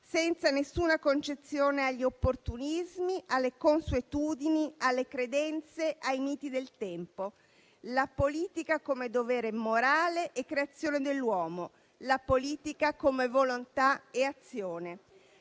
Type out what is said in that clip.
senza alcuna concessione agli opportunismi, alle consuetudini, alle credenze, ai miti del tempo; la politica come dovere morale e creazione dell'uomo; la politica come volontà e azione.